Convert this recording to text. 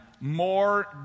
more